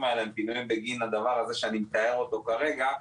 האלה הם פינוי בגין הדבר הזה שאני מתאר אותו כרגע,